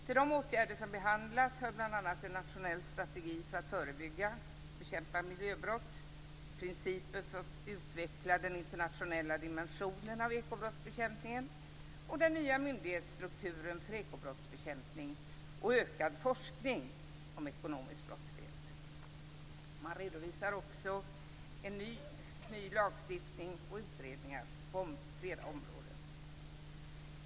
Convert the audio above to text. Till de åtgärder som behandlas hör bl.a. en nationell strategi för att förebygga och bekämpa miljöbrott, principer för att utveckla den internationella dimensionen av ekobrottsbekämpningen och den nya myndighetsstrukturen för ekobrottsbekämpning och ökad forskning om ekonomisk brottslighet. Man redovisar också en ny lagstiftning och utredningar på flera områden.